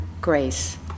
grace